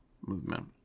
movement